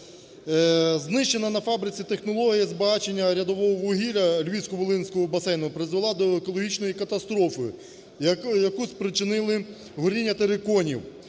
Знищена на фабриці технологія збагачення рядового вугілля Львівсько-Волинського басейну призвела до екологічної катастрофи, яку спричинили горіння териконів.